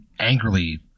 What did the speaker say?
angrily